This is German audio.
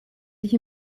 sich